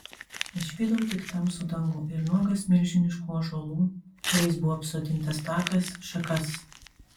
išvydau tik tamsų dangų ir nuogas milžiniškų ąžuolų kuriais buvo apsodintas takas šakas